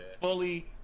fully